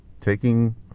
taking